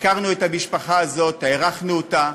הכרנו את המשפחה הזאת, הערכנו אותה,